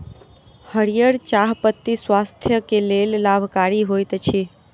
हरीयर चाह पत्ती स्वास्थ्यक लेल लाभकारी होइत अछि